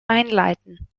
einleiten